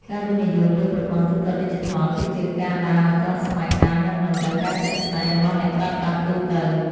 ការវិនិយោគលើប្រព័ន្ធទូទាត់ឌីជីថល គឺជាការដើរឱ្យទាន់សម័យកាលនិងតម្រូវការជាក់ស្ដែងរបស់អ្នកប្រើប្រាស់ទូទៅ។